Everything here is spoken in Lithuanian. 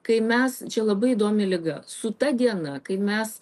kai mes čia labai įdomi liga su ta diena kai mes